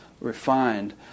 refined